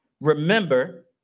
remember